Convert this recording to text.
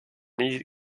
nie